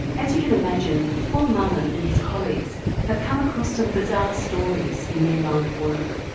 as you can imagine, paul mullen and his colleagues have come across some bizarre stories in their line of work.